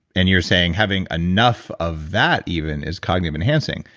and you're saying having enough of that even is cognitive enhancing,